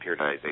periodization